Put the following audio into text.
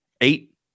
eight